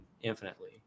infinitely